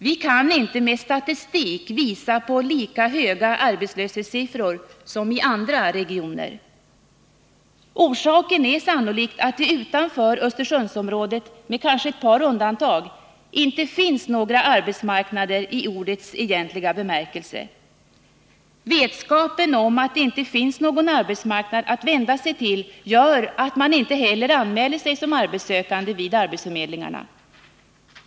Vi kan inte med statistik visa på lika höga arbetslöshetssiffror som i andra regioner. Orsaken är sannolikt att det utanför Östersundsområdet, med kanske ett par undantag, inte finns några arbetsmarknader i ordets egentliga bemärkelse. Vetskapen om att det inte finns någon arbetsmarknad att vända sig till gör att man inte heller anmäler sig som arbetssökande vid arbetsförmedlingarna.